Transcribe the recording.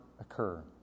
occur